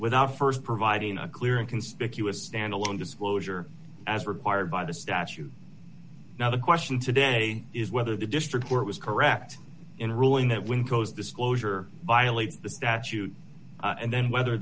without st providing a clear and conspicuous stand alone disclosure as required by the statute now the question today is whether the district court was correct in ruling that when disclosure violates the statute and then whether